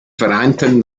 vereinten